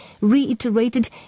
reiterated